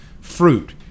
fruit